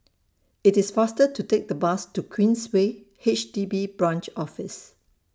IT IS faster to Take The Bus to Queensway H D B Branch Office